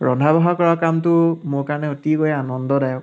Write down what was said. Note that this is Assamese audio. ৰন্ধা বঢ়া কৰা কামটো মোৰ কাৰণে অতিকৈ আনন্দদায়ক